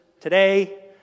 today